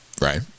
Right